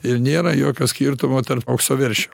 ir nėra jokio skirtumo tarp aukso veršio